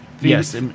Yes